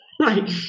Right